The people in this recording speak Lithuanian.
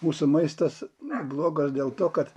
mūsų maistas blogas dėl to kad